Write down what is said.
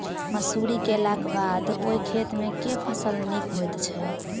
मसूरी केलाक बाद ओई खेत मे केँ फसल नीक होइत छै?